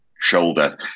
shoulder